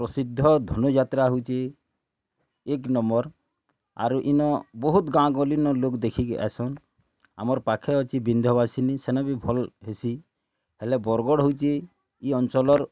ପ୍ରସିଦ୍ଧ ଧନୁଯାତ୍ରା ହେଉଛି ଏକ୍ ନମ୍ବର୍ ଆରୁ ଇନୁ ବହୁତ୍ ଗାଁ ଗହଲି ନ ଲୋକ୍ ଦେଖିକି ଆଇସନ୍ ଆମର୍ ପାଖେ ଅଛି ବିନ୍ଧବାସିନି ସେନ ବି ଭଲ୍ ହେସି ହେଲେ ବରଗଡ଼୍ ହେଉଛି ଇ ଅଞ୍ଚଲର୍